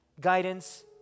guidance